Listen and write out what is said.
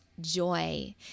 joy